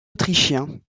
autrichien